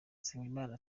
nsengimana